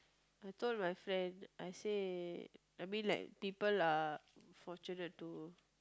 I told my friend I say I mean like people are fortunate to